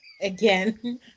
Again